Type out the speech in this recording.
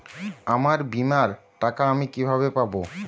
আমার বীমার টাকা আমি কিভাবে পাবো?